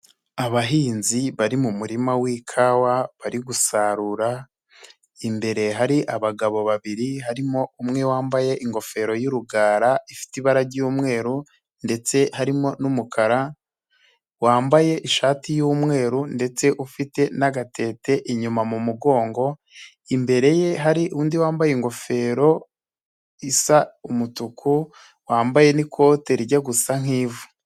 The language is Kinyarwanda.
Abahinzi bari mu murima w'ikawa bari gusarura imbere hari abagabo babiri, harimo umwe wambaye ingofero y'urugara ifite ibara ry'umweru, ndetse harimo n'umukara wambaye ishati y'umweru ndetse ufite n'agatete inyuma mu mugongo. Imbere ye hari undi wambaye ingofero isa umutuku wambaye n'ikote rijya gusa nk'ivu.